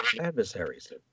adversaries